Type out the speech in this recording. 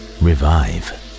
revive